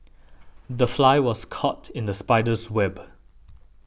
the fly was caught in the spider's web